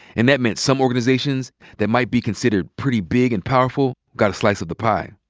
and that meant some organizations that might be considered pretty big and powerful got a slice of the pie.